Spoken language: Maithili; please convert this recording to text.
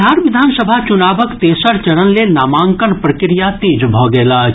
बिहार विधानसभा चुनावक तेसर चरण लेल नामांकन प्रक्रिया तेज भऽ गेल अछि